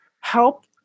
help